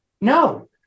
No